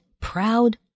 proud